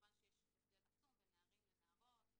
וכמובן שיש הבדל עצום בין נערים לנערים,